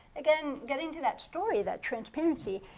again, getting to that story, that transparency,